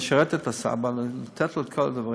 לשרת את הסבא, לתת לו את כל הדברים?